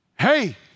Hey